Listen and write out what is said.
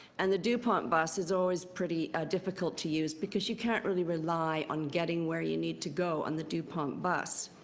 and the dupont bus is always pretty ah difficult to use, because you can't really rely on getting where you need to go on the dupont bus.